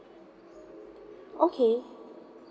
okay